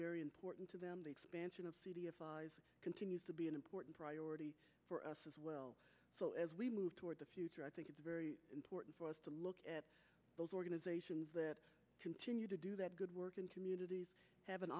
very important to them the expansion of city of five continues to be an important priority for us as well so as we move toward the future i think it's very important for us to look at those organizations that continue to do that good work and communities have an